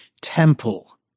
temple